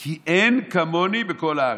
כי אין כמני בכל הארץ".